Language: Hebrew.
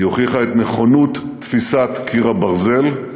היא הוכיחה את נכונות תפיסת "קיר הברזל".